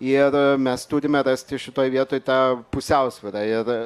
ir mes turime rasti šitoj vietoj tą pusiausvyrą ir